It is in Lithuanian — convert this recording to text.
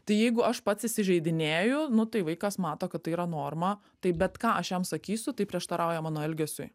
tai jeigu aš pats įsižeidinėju nu tai vaikas mato kad tai yra norma tai bet ką aš jam sakysiu tai prieštarauja mano elgesiui